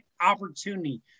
opportunity